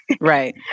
Right